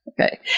okay